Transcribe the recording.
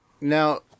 now